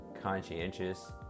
conscientious